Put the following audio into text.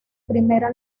primera